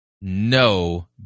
No